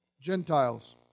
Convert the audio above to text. Gentiles